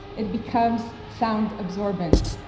it becomes sound-absorbent.